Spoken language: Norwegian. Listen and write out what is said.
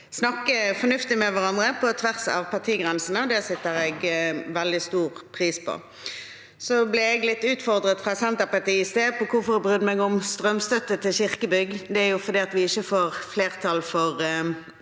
snakke fornuftig med hverandre på tvers av partigrensene. Det setter jeg veldig stor pris på. Jeg ble litt utfordret fra Senterpartiet i stad på hvorfor jeg brydde meg om strømstøtte til kirkebygg. Det er fordi vi ikke får flertall for